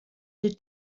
der